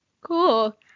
Cool